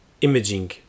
imaging